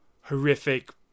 horrific